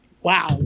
Wow